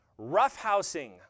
Roughhousing